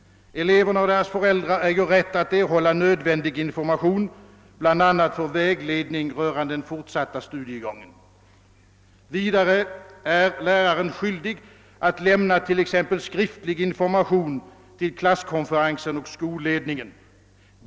Eleverna och deras föräldrar äger rätt att erhålla nödvändig information bl.a. för vägledning rörande den fortsatta studiegången.» Vidare är läraren »skyldig att lämna t.ex. skriftlig information till klasskonferensen och skolledningen.